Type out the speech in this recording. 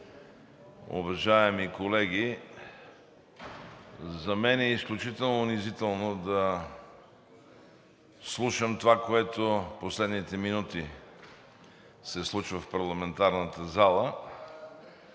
уважаеми колеги, за мен е изключително унизително да слушам това, което последните минути се случва в парламентарната зала